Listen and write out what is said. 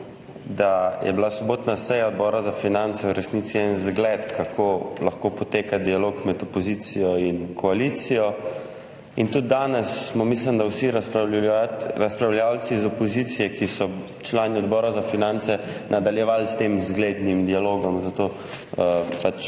komentar. Sobotna seja Odbora za finance je bila v resnici en zgled, kako lahko poteka dialog med opozicijo in koalicijo. Tudi danes smo, mislim, da vsi razpravljavci iz opozicije, ki so člani Odbora za finance, nadaljevali s tem zglednim dialogom, zato